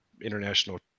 international